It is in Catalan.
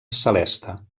celeste